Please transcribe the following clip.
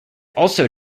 also